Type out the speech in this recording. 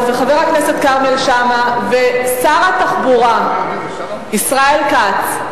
וחבר הכנסת כרמל שאמה ושר התחבורה ישראל כץ.